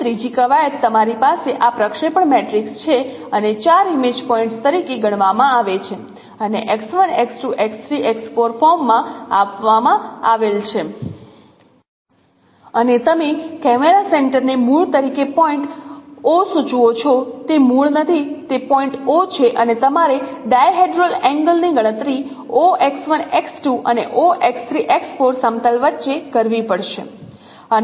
અહીં ત્રીજી કવાયત તમારી પાસે આ પ્રક્ષેપણ મેટ્રિક્સ છે અને 4 ઇમેજ પોઇન્ટ્સ તરીકે ગણવામાં આવે છે અને ફોર્મમાં આપવામાં આવેલ છે અને તમે કેમેરા સેન્ટર ને મૂળ તરીકે પોઇન્ટ O સૂચવો છો તે મૂળ નથી તે પોઇન્ટ O છે અને તમારે ડાયહેડ્રલ એંગલની ગણતરી અને સમતલ વચ્ચે કરવી પડશે